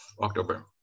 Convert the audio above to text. October